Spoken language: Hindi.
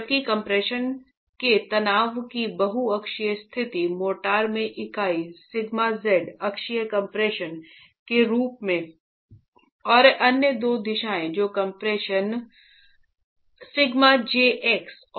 जबकि कम्प्रेशन के तनाव की बहु अक्षीय स्थिति मोर्टार में इकाई σz अक्षीय कम्प्रेशन के रूप में और अन्य दो दिशाएं जो कम्प्रेशन σ JX और σ JY में हैं